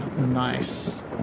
nice